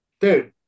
Dude